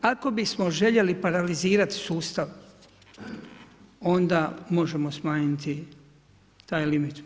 Ako bismo željeli paralizirati sustav, onda možemo smanjiti taj limit.